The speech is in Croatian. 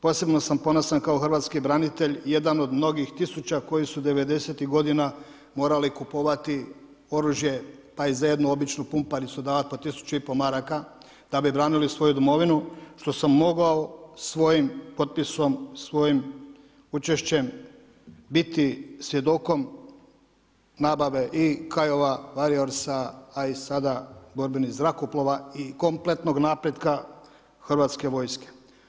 Posebno sam ponosan kao hrvatski branitelj, jedan od mnogih tisuća koji su 90-ih godina morali kupovati oružje pa je za jednu običnu pumpericu davat po 1 500 maraka da bi branili svoju domovinu što sam mogao svojim potpisom, svojim učešćem biti svjedokom nabava i … a i sada borbenih zrakoplova i kompletnog napretka hrvatske vojske.